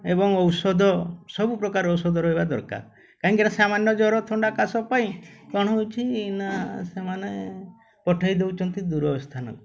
ଏବଂ ଔଷଧ ସବୁପ୍ରକାର ଔଷଧ ରହିବା ଦରକାର କାହିଁକି ନା ସାମାନ୍ୟ ଜର ଥଣ୍ଡା କାଶ ପାଇଁ କ'ଣ ହେଉଛି ନା ସେମାନେ ପଠେଇ ଦେଉଛନ୍ତି ଦୂର ସ୍ଥାନକୁ